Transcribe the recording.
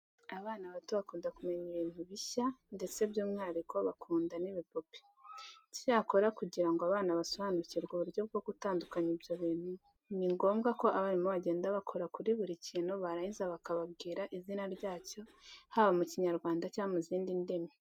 Abana bato bakunda kumenya ibintu bishya ndetse by'umwuhariko bakunda n'ibipupe. Icyakora kugira ngo abana basobanukirwe uburyo bwo gutandukanya ibyo bintu ni ngombwa ko abarimu bagenda bakora kuri buri kintu barangiza bakababwira izina ryacyo haba mu Kinyarwanda cyangwa mu zindi ndimi.